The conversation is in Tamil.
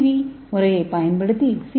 டி முறையைப் பயன்படுத்தி சி